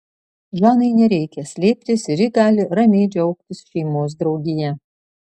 žanai nereikia slėptis ir ji gali ramiai džiaugtis šeimos draugija